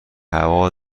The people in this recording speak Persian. هوا